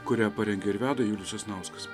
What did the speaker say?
kurią parengė ir veda julius sasnauskas